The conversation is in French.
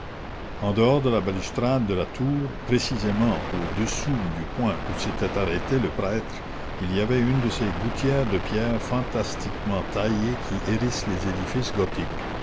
en dehors de la balustrade de la tour précisément au-dessous du point où s'était arrêté le prêtre il y avait une de ces gouttières de pierre fantastiquement taillées qui hérissent les édifices gothiques